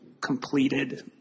completed